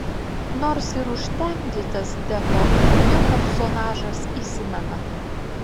nors ir užtemdytas deppo jo personažas įsimena